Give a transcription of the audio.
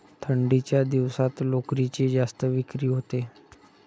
थंडीच्या दिवसात लोकरीची जास्त विक्री होते